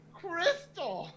crystal